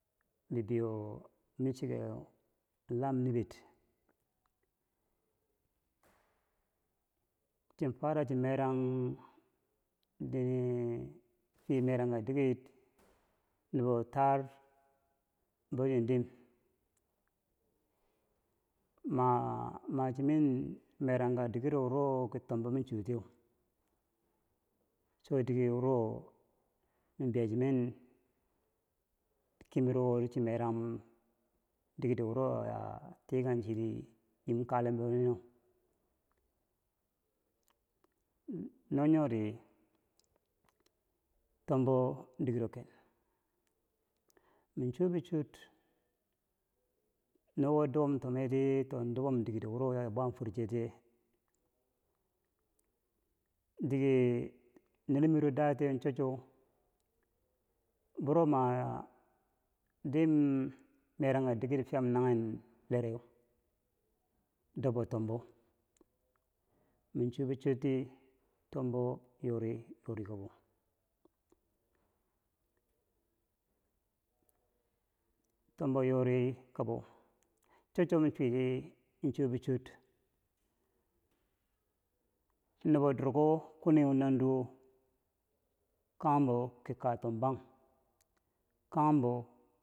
bibeyo mi chikeu lam nibed chin fara chi merang e- e nini fiye meranka diken nubo taar bo chi dim ma- ma chine meranka dikero wuro ki tombou machotiyeu cho diken wuro ma biya chinen kimerowo ti chi meranghum dikedo wuro a- a tikang chiti yim kalembo wo nineu no nyori tombo dikere ken mi cho bi chwod no wo dubom tomeri dibom dikero wuro ya bwam fwerche tiye dike ner miro datiye cho cho biro ma dim merangka diker fiyam nanghen leereu dobbo tombo mi cho bi chwot ti tombo yori yori kabo, tombo yori kabo cho cho mi chwiti chuwo bi chot nubo durko kweni nanduwo kanghembo ki kaa tom bang, kanghembo.